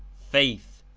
faith,